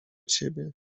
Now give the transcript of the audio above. ciebie